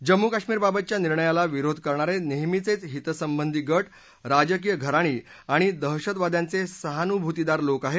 जम्मू कश्मीरबाबतच्या निर्णयाला विरोध करणारे नेहमीचेच हितसंबंधी गट राजकीय घराणी आणि दहशतवाद्यांचे सहानुभूतीदार लोक आहेत